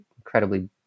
incredibly